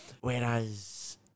whereas